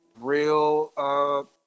real